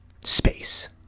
space